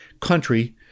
country